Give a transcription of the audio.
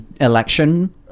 election